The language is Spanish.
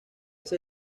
esa